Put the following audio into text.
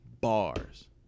bars